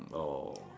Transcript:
oh